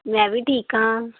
ਮੈਂ ਵੀ ਠੀਕ ਹਾਂ